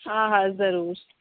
हा हा ज़रूर